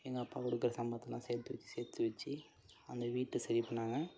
எங்கள் அப்பா கொடுக்குற சம்பளத்தைலாம் சேர்த்து வெச்சி சேர்த்து வெச்சி அந்த வீட்டை சரி பண்ணாங்க